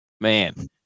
man